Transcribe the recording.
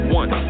one